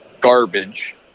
garbage